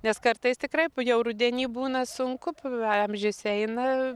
nes kartais tikrai jau rudenį būna sunku amžius eina